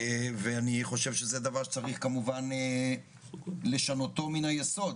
אני חושב שזה דבר שצריך לשנות אותו מהיסוד.